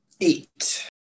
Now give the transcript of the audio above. Eight